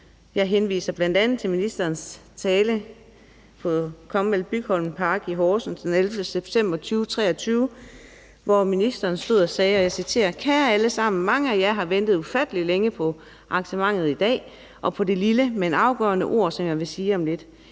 Jeg henviser bl.a. til ministerens tale på Comwell Bygholm Park i Horsens den 11. september 2023, hvor ministeren stod og sagde, og jeg citerer: »Kære alle sammen. Mange af jer har ventet ufatteligt længe på arrangementet i dag og på det lille, men afgørende ord, som jeg vil sige om lidt.